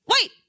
wait